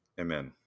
Amen